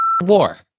war